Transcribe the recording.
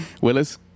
Willis